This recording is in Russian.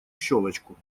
щелочку